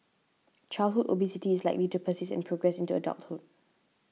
childhood obesity is likely to persist and progress into adulthood